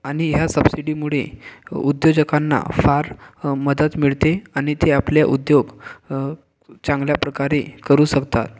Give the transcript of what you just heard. आणि ह्या सबसिडीमुळे उद्योजकांना फार मदत मिळते आणि ते आपले उद्योग चांगल्या प्रकारे करू शकतात